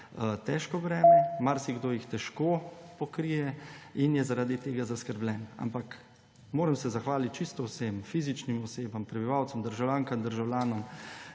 težko breme. Marsikdo jih težko pokrije in je zaradi tega zaskrbljen. Ampak moram se zahvaliti čisto vsem fizičnim osebam, prebivalcem, državljankam in državljanom,